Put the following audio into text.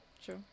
Sure